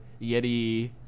Yeti